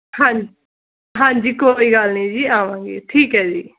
ਹਾਂਜੀ ਹਾਂਜੀ ਕੋਈ ਗੱਲ ਨਹੀਂ ਜੀ ਆਵਾਂਗੇ ਠੀਕ ਹੈ ਜੀ